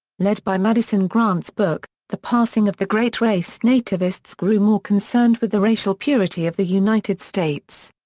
led by madison grant's book, the passing of the great race nativists grew more concerned with the racial purity of the united states.